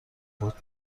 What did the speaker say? بود